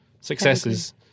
successes